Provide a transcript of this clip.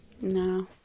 No